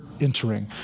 entering